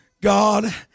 God